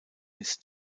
ist